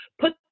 put